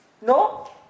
no